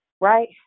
right